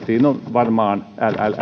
varmaan